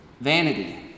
vanity